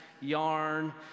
yarn